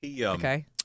Okay